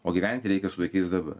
o gyventi reikia su vaikais dabar